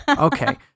Okay